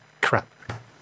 crap